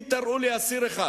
תראו לי אסיר אחד